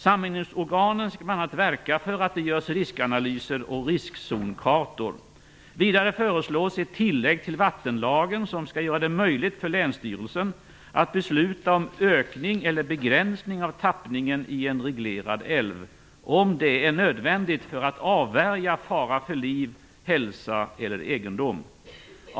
Samordningsorganen skall bl.a. verka för att det görs riskanalyser och riskzonkartor. Vidare föreslås ett tillägg till vattenlagen, som skall göra det möjligt för länsstyrelsen att besluta om ökning eller begränsning av tappningen i en reglerad älv, om det är nödvändigt för att avvärja fara för liv, hälsa eller egendom.